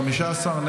15,